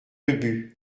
ubu